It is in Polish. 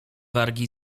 wargi